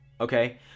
okay